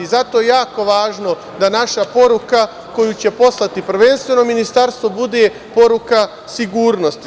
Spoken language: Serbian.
Zato je jako važno da naša poruka koju će poslati, prvenstveno Ministarstvo, bude poruka sigurnosti.